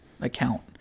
account